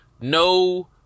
no